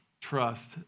trust